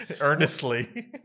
Earnestly